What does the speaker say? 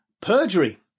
perjury